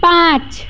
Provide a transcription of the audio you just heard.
पाँच